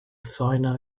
sino